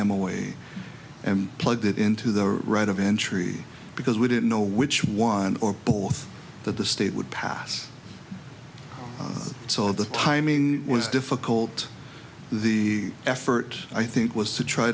m away and plugged it into the right of entry because we didn't know which one or both that the state would pass so the timing was difficult the effort i think was to try